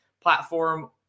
platform